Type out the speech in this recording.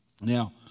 Now